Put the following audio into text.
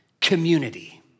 community